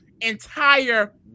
entire